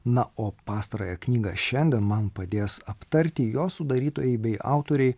na o pastarąją knygą šiandien man padės aptarti jos sudarytojai bei autoriai